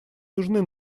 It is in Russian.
нужны